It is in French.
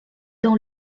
dans